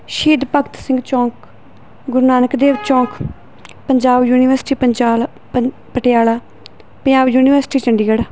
ਸ਼ਹੀਦ ਭਗਤ ਸਿੰਘ ਚੌਂਕ ਗੁਰੂ ਨਾਨਕ ਦੇਵ ਚੌਂਕ ਪੰਜਾਬ ਯੂਨੀਵਰਸਿਟੀ ਪੰਜਾਲ ਪਨ ਪਟਿਆਲਾ ਪੰਜਾਬ ਯੂਨੀਵਰਸਿਟੀ ਚੰਡੀਗੜ੍ਹ